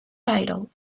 title